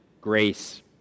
grace